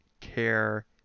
Care